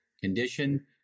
condition